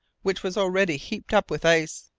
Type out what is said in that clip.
which was already heaped up with ice,